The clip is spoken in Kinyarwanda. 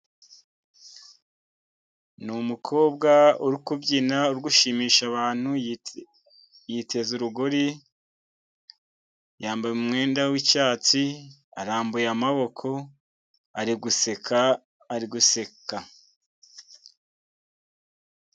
Ni umukobwa uri kubyina, uri ushimisha abantu, yiteze urugori, yambaye umwenda w'icyatsi, arambuye amaboko, ari guseka, ari guseka.